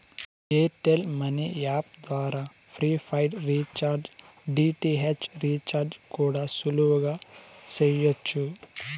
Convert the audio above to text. air tell money app ద్వారా prepaid recharge, DTH recharge కూడా సులువుగా చెయ్యచ్చు